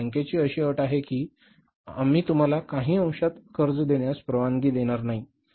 परंतु बँकेची अशी अट आहे की आम्ही तुम्हाला काही अंशात कर्ज घेण्यास परवानगी देणार नाही